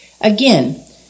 Again